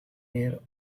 aware